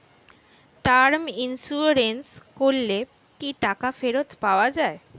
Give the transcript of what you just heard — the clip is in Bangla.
টার্ম ইন্সুরেন্স করলে কি টাকা ফেরত পাওয়া যায়?